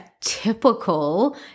typical